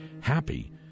happy